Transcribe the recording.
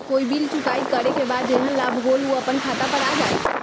कोई बिल चुकाई करे के बाद जेहन लाभ होल उ अपने खाता पर आ जाई?